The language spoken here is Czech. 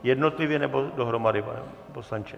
Jednotlivě, nebo dohromady, pane poslanče?